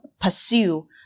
pursue